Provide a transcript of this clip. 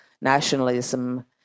nationalism